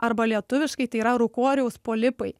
arba lietuviškai tai yra rūkoriaus polipai